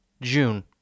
June